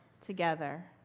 together